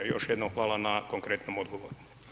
Još jednom hvala na konkretnom odgovoru.